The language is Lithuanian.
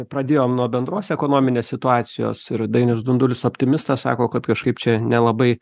pradėjom nuo bendros ekonominės situacijos ir dainius dundulis optimistas sako kad kažkaip čia nelabai